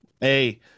Hey